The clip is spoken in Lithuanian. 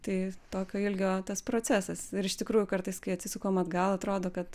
tai tokio ilgio tas procesas ir iš tikrųjų kartais kai atsisukam atgal atrodo kad